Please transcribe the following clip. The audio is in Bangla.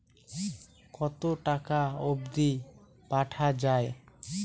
কতো টাকা অবধি পাঠা য়ায়?